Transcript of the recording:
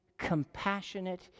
compassionate